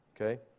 okay